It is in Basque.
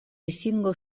ezingo